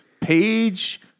page